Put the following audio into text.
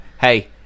Hey